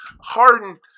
Harden